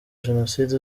jenoside